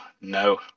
No